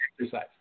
exercise